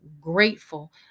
grateful